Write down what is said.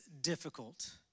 difficult